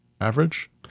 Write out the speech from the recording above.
Average